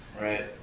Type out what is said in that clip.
right